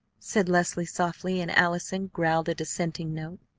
said leslie softly and allison growled a dissenting note.